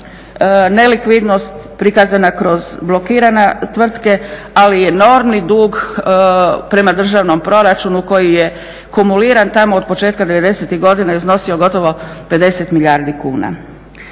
nelikvidnost prikazana kroz blokirane tvrtke, ali i enormni dug prema državnom proračunu koji je kumuliran tamo od početka devedesetih godina iznosio gotovo 50 milijardi kuna.